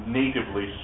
natively